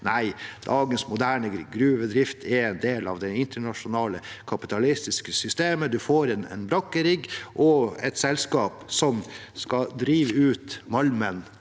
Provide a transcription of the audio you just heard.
Nei, dagens moderne gruvedrift er en del av det internasjonale kapitalistiske systemet. Man får en brakkerigg og et selskap som skal drive ut malmen